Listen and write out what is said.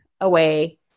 away